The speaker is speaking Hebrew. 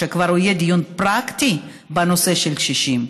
שיהיה דיון פרקטי בנושא הקשישים,